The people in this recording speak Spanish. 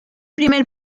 primer